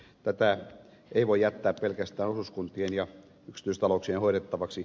tätä ei voi jättää pelkästään osuuskuntien ja yksityistalouksien hoidettavaksi